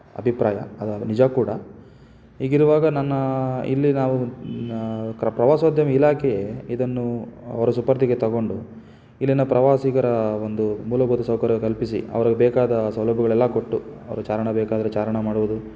ಅಭಿಪ್ರಾಯ ಅದು ನಿಜ ಕೂಡ ಹೀಗಿರುವಾಗ ನನ್ನ ಇಲ್ಲಿ ನಾವು ಕ್ರ ಪ್ರವಾಸೋದ್ಯಮ ಇಲಾಖೆಯೇ ಇದನ್ನು ಅವರ ಸುಪರ್ದಿಗೆ ತೊಗೊಂಡು ಇಲ್ಲಿನ ಪ್ರವಾಸಿಗರ ಒಂದು ಮೂಲಭೂತ ಸೌಕರ್ಯ ಕಲ್ಪಿಸಿ ಅವ್ರಿಗ್ ಬೇಕಾದ ಸೌಲಭ್ಯಗಳೆಲ್ಲ ಕೊಟ್ಟು ಅವ್ರಿಗ್ ಚಾರಣ ಬೇಕಾದರೆ ಚಾರಣ ಮಾಡುವುದು